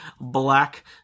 black